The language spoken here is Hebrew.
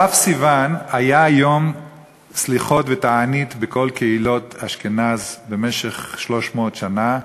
כ' סיוון היה יום סליחות ותענית בכל קהילות אשכנז במשך 300 שנה,